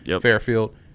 Fairfield